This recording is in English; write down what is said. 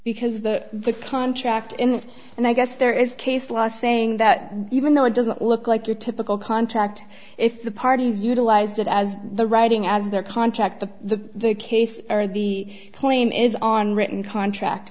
because the contract in and i guess there is case law saying that even though it doesn't look like your typical contract if the parties utilized it as the writing as their contract of the case or the claim is on written contract